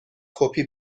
کپی